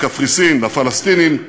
לקפריסין, לפלסטינים,